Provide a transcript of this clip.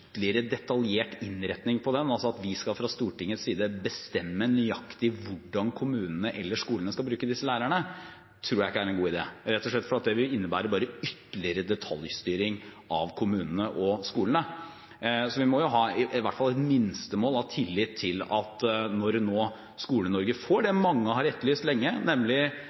detaljert innretning på den, at vi fra Stortingets side skal bestemme nøyaktig hvordan kommunene eller skolene skal bruke disse lærerne, tror jeg ikke er en god idé, rett og slett fordi det vil innebære bare ytterligere detaljstyring av kommunene og skolene. Vi må ha i hvert fall et minstemål av tillit til at når Skole-Norge nå får det mange har etterlyst lenge, nemlig